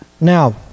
Now